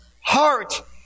heart